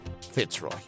Fitzroy